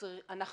אנחנו